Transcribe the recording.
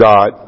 God